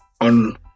on